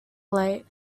lake